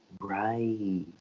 Right